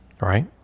Right